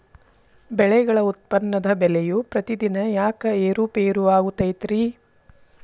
ಬೆಳೆಗಳ ಉತ್ಪನ್ನದ ಬೆಲೆಯು ಪ್ರತಿದಿನ ಯಾಕ ಏರು ಪೇರು ಆಗುತ್ತೈತರೇ?